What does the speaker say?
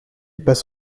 passe